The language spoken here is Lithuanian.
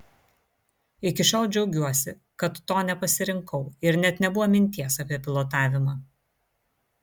iki šiol džiaugiuosi kad to nepasirinkau ir net nebuvo minties apie pilotavimą